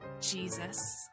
Jesus